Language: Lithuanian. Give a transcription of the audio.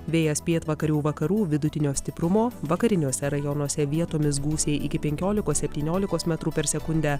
vėjas pietvakarių vakarų vidutinio stiprumo vakariniuose rajonuose vietomis gūsiai iki penkiolikos septyniolikos metrų per sekundę